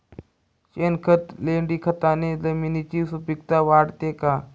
शेणखत, लेंडीखताने जमिनीची सुपिकता वाढते का?